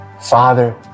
Father